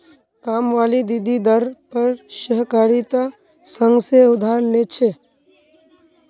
कामवाली दीदी दर पर सहकारिता संघ से उधार ले छे